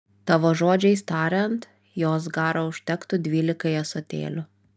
tavo žodžiais tariant jos garo užtektų dvylikai ąsotėlių